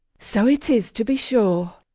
so it is, to be sure.